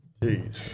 Jeez